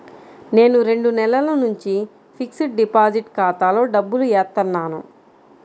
నేను రెండు నెలల నుంచి ఫిక్స్డ్ డిపాజిట్ ఖాతాలో డబ్బులు ఏత్తన్నాను